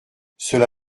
cela